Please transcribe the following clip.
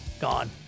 gone